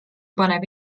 paneb